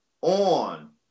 on